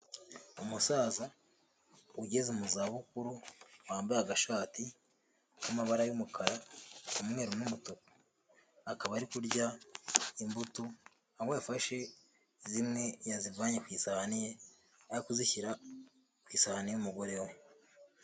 Umusaza ugeze mu za bukuru wambaye agashati k'amabara y'umukara, umweru n'tu akaba ari kurya imbuto aho yafashe zimwe yazivanye ku isahani ye ari kuzishyira ku isahani y'umugore we.